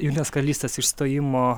jungtinės karalystės išstojimo